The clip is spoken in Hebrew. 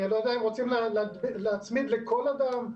אני לא יודע אם רוצים להצמיד לכל אדם.